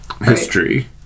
history